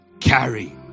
carry